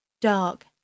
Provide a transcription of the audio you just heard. Dark